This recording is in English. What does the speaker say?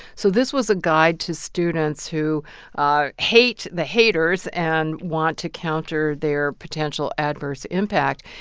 so this was a guide to students who ah hate the haters and want to counter their potential adverse impact.